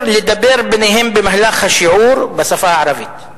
לדבר ביניהם במהלך השיעור בשפה הערבית.